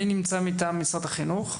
מי נמצא מטעם משרד החינוך?